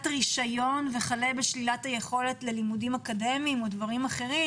רישיון וכלה בשלילת היכולת ללימודים אקדמיים אוד ברים אחרים